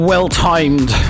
well-timed